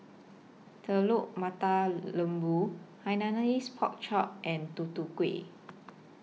Telur Mata Lembu Hainanese Pork Chop and Tutu Kueh